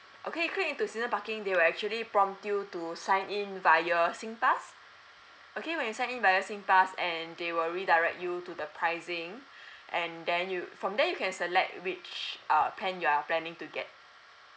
okay click into season parking they will actually prompt you to sign in via singpass okay when you sign in via singpass and they will redirect you to the pricing and then you from there you can select which uh plan you are planning to get